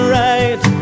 right